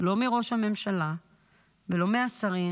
לא מראש הממשלה ולא מהשרים,